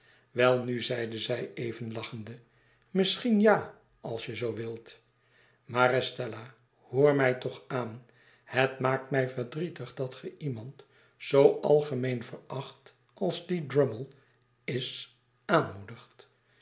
welnul zeide zij even lachende misschien ja als je zoo wilt maar estella hoor mij toch aan het maakt mij verdrietig dat ge iemand zoo algemeen veracht als die drummle is aanmoedigt